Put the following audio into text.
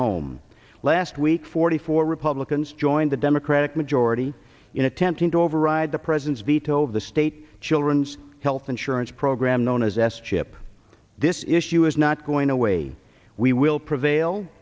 home last week forty four republicans joined the democratic majority in attempting to override the president's veto of the state children's health insurance program known as s chip this issue is not going away we will prevail